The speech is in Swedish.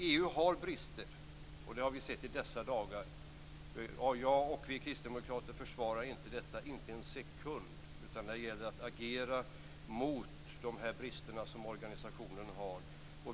EU har brister, och det har vi sett i dessa dagar. Jag och vi kristdemokrater försvarar inte detta, inte en sekund. Här gäller det att agera mot de brister som organisationen har.